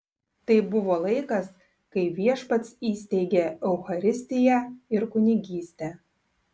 tai buvo laikas kai viešpats įsteigė eucharistiją ir kunigystę